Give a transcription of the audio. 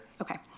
Okay